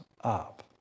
up